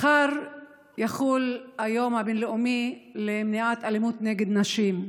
מחר יחול היום הבין-לאומי למניעת אלימות נגד נשים,